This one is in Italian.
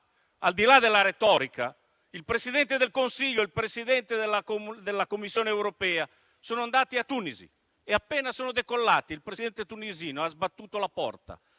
Al di là della retorica, il Presidente del Consiglio e il Presidente della Commissione europea sono andati a Tunisi e appena sono decollati il Presidente tunisino ha sbattuto la porta,